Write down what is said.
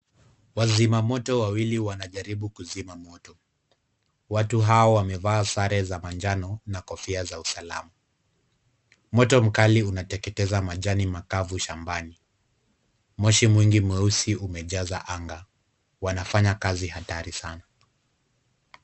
Wazimamoto wawili wanajaribu kuzima moto. Watu hawa wamevaa sare za manjano na kofia za usalama. Moto mkali unateketeza majani kavu shambani. Moshi mweusi mingi umejaa angani. Wanafanya kazi hatari sana.